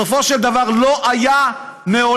בסופו של דבר לא היה מעולם,